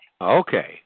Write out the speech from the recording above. Okay